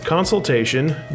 consultation